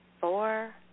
four